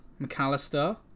McAllister